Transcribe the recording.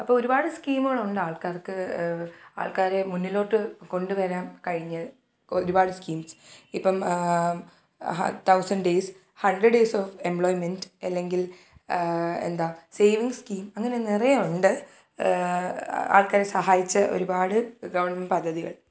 അപ്പോൾ ഒരുപാട് സ്കീമുകളുണ്ട് ആൾക്കാർക്ക് ആൾക്കാരെ മുന്നിലോട്ടു കൊണ്ടുവരാം കഴിഞ്ഞ് ഒരുപാട് സ്കീംസ് ഇപ്പം ഹ thousand days hundred days of employment അല്ലെങ്കിൽ എന്താ സേവിങ് സ്കീം അങ്ങനെ നിറയെ ഉണ്ട് ആൾക്കാരെ സഹായിച്ച ഒരുപാട് ഗവൺമെൻറ്റ് പദ്ധതികൾ